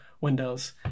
Windows